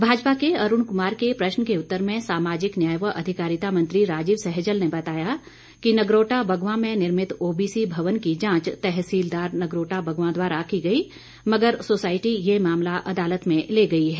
भाजपा के अरुण कुमार के प्रश्न के उत्तर में सामाजिक न्याय व अधिकारिता मंत्री राजीव सहजल ने बताया कि नगरोटा बंगवा में निर्मित ओबीसी भवन की जांच तहसीलदार नगरोटा बंगवा द्वारा की गई मगर सोसाइटी ये मामला अदालत में ले गई है